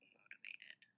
motivated